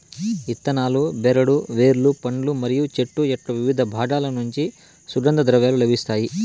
ఇత్తనాలు, బెరడు, వేర్లు, పండ్లు మరియు చెట్టు యొక్కవివిధ బాగాల నుంచి సుగంధ ద్రవ్యాలు లభిస్తాయి